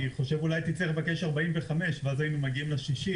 אני חושב שאולי הייתי צריך לבקש 45 ואז היינו מגיעים ל-60,